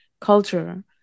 culture